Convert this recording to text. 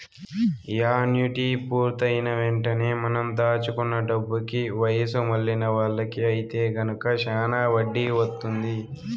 annuity పూర్తయిన వెంటనే మనం దాచుకున్న డబ్బుకి వయసు మళ్ళిన వాళ్ళకి ఐతే గనక శానా వడ్డీ వత్తుంది